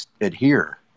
adhere